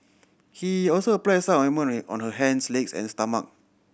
he also applied some ointment on her hands legs and stomach